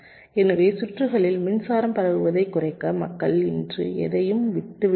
எனவே சுற்றுகளில் மின்சாரம் பரவுவதைக் குறைக்க மக்கள் இன்று எதையும் விட்டுவிடவில்லை